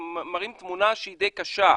מראים תמונה קשה למדי.